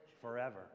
forever